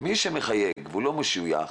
מי שמחייג ולא משוייך